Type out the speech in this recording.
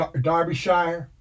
Derbyshire